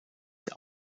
der